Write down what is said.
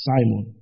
Simon